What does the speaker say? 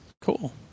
Cool